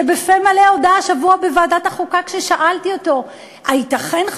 שבפה מלא הודה השבוע בוועדת החוקה כששאלתי אותו: הייתכן,